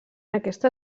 aquesta